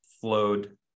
flowed